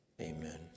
amen